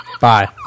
Bye